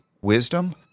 wisdom